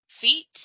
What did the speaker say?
Feet